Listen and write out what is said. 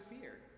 fear